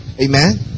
Amen